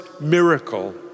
miracle